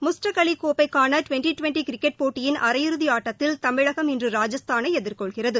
முஸ்தாக் அலி கோப்பைக்கான twenty twenty cricket போட்டியின் அரையிறுதி ஆட்டத்தில் தமிழகம் இன்று ராஜஸ்தானை எதிர்கொள்கிறது